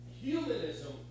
Humanism